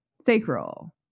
sacral